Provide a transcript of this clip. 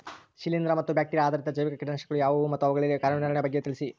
ಶಿಲೇಂದ್ರ ಮತ್ತು ಬ್ಯಾಕ್ಟಿರಿಯಾ ಆಧಾರಿತ ಜೈವಿಕ ಕೇಟನಾಶಕಗಳು ಯಾವುವು ಮತ್ತು ಅವುಗಳ ಕಾರ್ಯನಿರ್ವಹಣೆಯ ಬಗ್ಗೆ ತಿಳಿಸಿ?